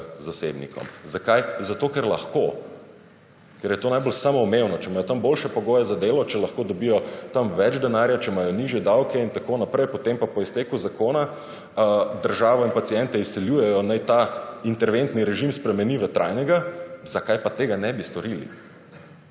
zasebnikom. Zakaj? Zato, ker lahko, ker je to najbolj samoumevno. Če imajo tam boljše pogoje za delo, če lahko dobijo tam več denarja, če imajo nižje davke in tako naprej, potem pa po izteku zakona državo in paciente izsiljujejo naj ta interventni režim spremeni v trajnega zakaj pa tega ne bi storili?